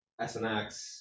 SNX